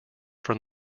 from